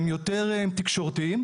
הם יותר תקשורתיים,